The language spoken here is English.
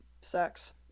sex